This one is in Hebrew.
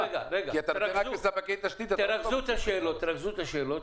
תרכזו את השאלות.